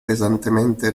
pesantemente